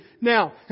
Now